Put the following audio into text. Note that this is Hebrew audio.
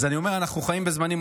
אז אני אומר שאנחנו חיים בזמנים,